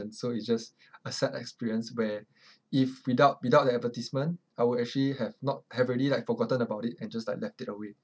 so it's just a sad experience where if without without the advertisement I will actually have not have already like forgotten about it and just like left it away